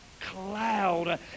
cloud